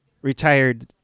retired